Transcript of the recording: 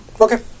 Okay